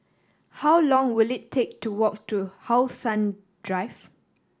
how long will it take to walk to How Sun Drive